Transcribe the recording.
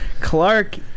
Clark